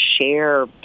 share